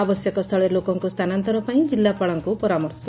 ଆବଶ୍ୟକ ସ୍ଥୁଳେ ଲୋକଙ୍କୁ ସ୍ଥାନାନ୍ନରପାଇଁ ଜିଲ୍ଲାପାଳଙ୍କୁ ପରାମର୍ଶ